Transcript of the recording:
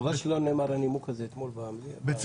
חבל שלא נאמר הנימוק הזה אתמול בנשיאות.